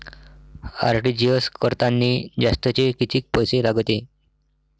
RTGS करतांनी जास्तचे कितीक पैसे लागते?